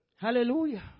Hallelujah